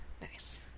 Nice